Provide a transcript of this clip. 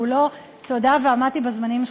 כפי שהוא קיים כיום,